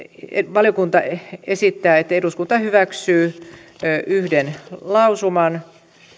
valiokunta esittää että eduskunta hyväksyy yhden lausuman